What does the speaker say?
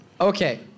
Okay